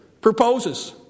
Proposes